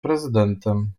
prezydentem